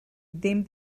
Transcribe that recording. ddim